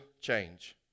change